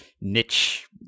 niche